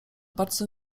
bardzo